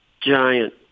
giant